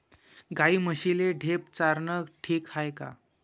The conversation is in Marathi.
गाई म्हशीले ढेप चारनं ठीक हाये का?